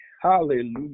Hallelujah